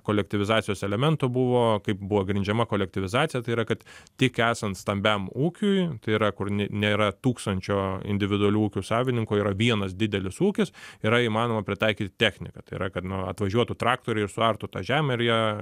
kolektyvizacijos elementų buvo kaip buvo grindžiama kolektyvizacija tai yra kad tik esant stambiam ūkiui tai yra kur nėra tūkstančio individualių ūkių savininkų yra vienas didelis ūkis yra įmanoma pritaikyti techniką tai yra kad nu atvažiuotų traktoriai ir suartų tą žemę ir ją